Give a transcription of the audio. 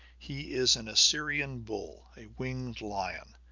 he is an assyrian bull, a winged lion,